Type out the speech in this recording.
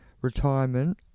retirement